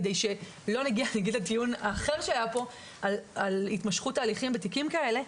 כדי שלא נגיע לטיעון האחר שהיה פה על התמשכות ההליכים בתיקים כאלה.